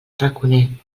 raconer